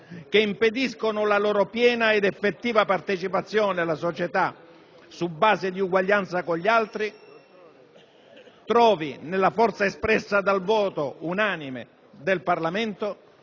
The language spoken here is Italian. che impediscono la loro piena ed effettiva partecipazione alla società su base di uguaglianza con gli altri, trovi nella forza espressa dal voto unanime del Parlamento